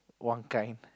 one kind